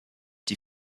die